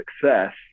success